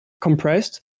compressed